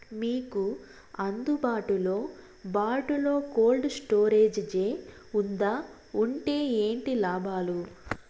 మీకు అందుబాటులో బాటులో కోల్డ్ స్టోరేజ్ జే వుందా వుంటే ఏంటి లాభాలు?